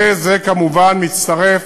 וזה כמובן מצטרף